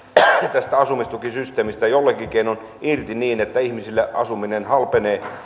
tästä asumistukisysteemistä joillakin keinoin irti niin että ihmisillä asuminen halpenee